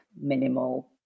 minimal